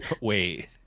wait